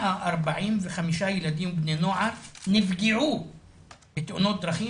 15,145 ילדים ובני נוער נפגעו בתאונות דרכים